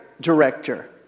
director